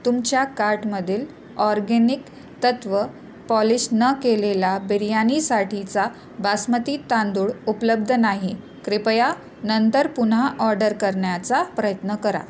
तुमच्या कार्टमधील ऑर्गेनिक तत्त्व पॉलिश न केलेला बिर्यानीसाठीचा बासमती तांदूळ उपलब्ध नाही कृपया नंतर पुन्हा ऑर्डर करण्याचा प्रयत्न करा